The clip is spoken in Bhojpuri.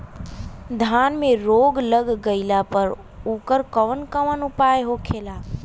धान में रोग लग गईला पर उकर कवन कवन उपाय होखेला?